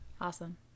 Awesome